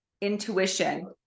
intuition